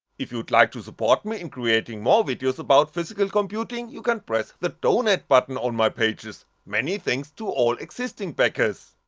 if you'd like to support me in creating more videos about physical computing you can press the donate button on my pages many thanks to all existing backers!